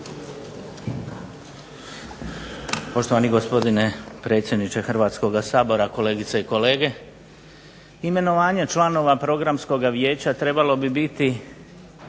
Poštovani gospodine predsjedniče Hrvatskoga sabora, kolegice i kolege. Imenovanje članova Programskoga vijeća trebalo bi biti